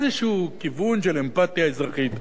לאיזה כיוון של אמפתיה אזרחית.